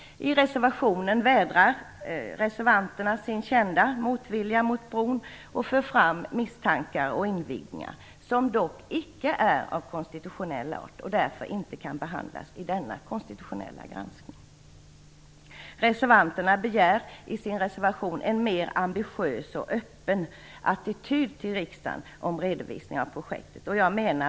I reservationen vädrar reservanterna sin kända motvilja mot bron och för fram misstankar som dock icke avser förhållanden av konstitutionell art och därför inte kan behandlas i denna konstitutionella granskning. Reservanterna begär i sin reservation en mer ambitiös och öppen attityd vid redovisningen av projektet för riksdagen.